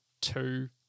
two